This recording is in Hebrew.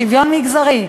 בשוויון מגזרי,